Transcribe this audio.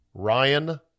Ryan